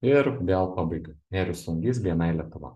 ir vėl pabaigiu nerijus lungys bni lietuva